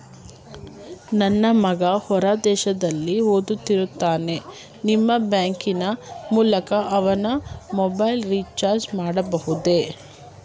ನನ್ನ ಮಗ ಹೊರ ದೇಶದಲ್ಲಿ ಓದುತ್ತಿರುತ್ತಾನೆ ನಿಮ್ಮ ಬ್ಯಾಂಕಿನ ಮೂಲಕ ಅವನ ಮೊಬೈಲ್ ರಿಚಾರ್ಜ್ ಮಾಡಬಹುದೇ?